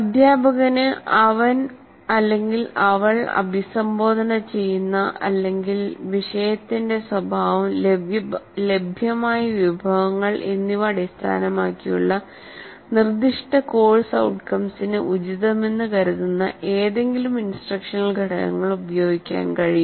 അദ്ധ്യാപകന് അവൻ അവൾ അഭിസംബോധന ചെയ്യുന്ന അല്ലെങ്കിൽ വിഷയത്തിന്റെ സ്വഭാവം ലഭ്യമായ വിഭവങ്ങൾ എന്നിവ അടിസ്ഥാനമാക്കിയുള്ള നിർദ്ദിഷ്ട കോഴ്സ് ഔട്ട്കംസിന് ഉചിതമെന്ന് കരുതുന്ന ഏതെങ്കിലും ഇൻസ്ട്രക്ഷണൽ ഘടകങ്ങൾ ഉപയോഗിക്കാൻ കഴിയും